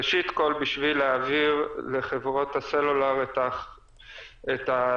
ראשית, בשביל להעביר לחברות הסלולאר את התפקיד,